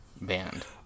band